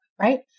Right